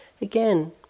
again